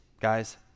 guys